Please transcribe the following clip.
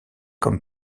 comme